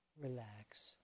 Relax